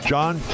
John